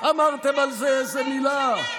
אמרתם על זה איזו מילה?